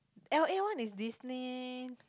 L_A one is Disney